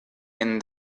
and